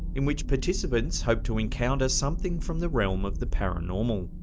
in which participants hoped to encounter something from the realm of the paranormal.